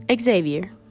Xavier